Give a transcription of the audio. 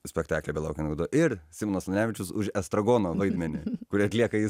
spektaklyje belaukiant godo ir simonas stanevičius už estragono vaidmenį kurį atliekajis